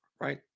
right